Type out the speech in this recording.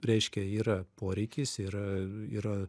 reiškia yra poreikis yra yra